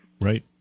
Right